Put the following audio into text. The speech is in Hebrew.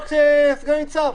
סגן ניצן.